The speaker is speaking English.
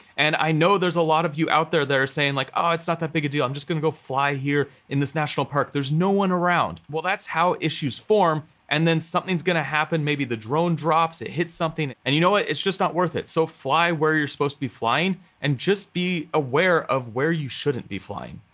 and i know there's a lot of you out there that are saying, oh, like ah it's not that big a deal. i'm just gonna go fly here in this national park. there's no one around. well, that's how issues form, and then something's gonna happen. maybe the drone drops, it hits something, and you know what? it's just not worth it. so fly where you're supposed to be flying and just be aware of where you shouldn't be flying.